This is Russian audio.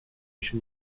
еще